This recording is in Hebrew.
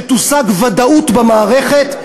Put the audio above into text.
שתושג ודאות במערכת.